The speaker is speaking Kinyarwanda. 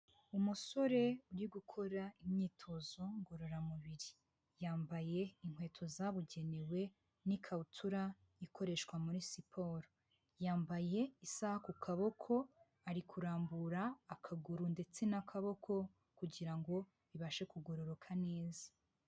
Umusore uri gukora imyitozo ngororamubiri, yambaye inkweto zabugenewe n'ikabutura ikoreshwa muri siporo, yambaye isaha ku kaboko ari kurambura akaguru ndetse n'akaboko kugira ngo ibashe kugororoka neza.